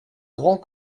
grands